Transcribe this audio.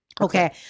Okay